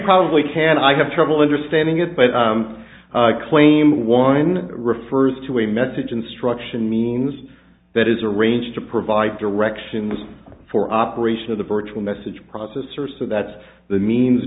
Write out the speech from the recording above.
probably can i have trouble understanding it but claim one refers to a message instruction means that is arranged to provide directions for operation of the virtual message processor so that's the means